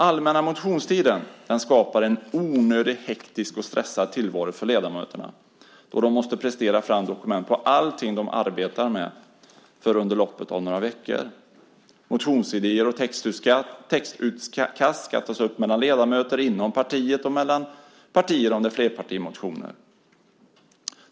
Allmänna motionstiden skapar en onödigt hektisk och stressad tillvaro för ledamöterna, och de måste prestera dokument på allt de arbetar med bara under loppet av några veckor. Motionsidéer och textutkast ska tas upp mellan ledamöter inom partier och mellan partier om det är flerpartimotioner.